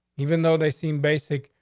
even though they seem basic,